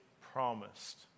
promised